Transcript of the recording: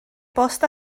bost